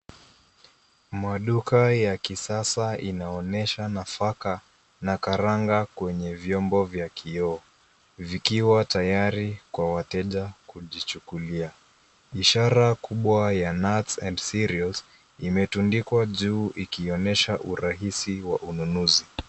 Maduka ya kisasa inaonyesha nafaka na karanga kwenye vyombo vya kioo vikiwa tayari kwa wateja kujichukulia. Ishara kubwa ya nuts and cereals imetundikwa juu ikionyesha urahisi wa ununuzi.